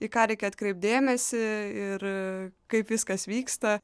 į ką reikia atkreipt dėmesį ir kaip viskas vyksta